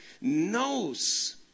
knows